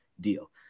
deal